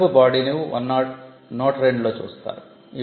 గొట్టపు బాడీని 102 లో చూస్తారు